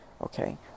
Okay